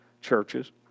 churches